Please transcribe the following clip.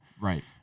Right